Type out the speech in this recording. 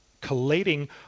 collating